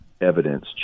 evidence